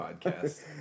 podcast